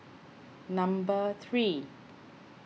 number three